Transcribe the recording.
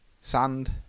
Sand